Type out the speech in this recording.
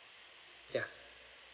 ya